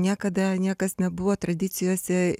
niekada niekas nebuvo tradicijose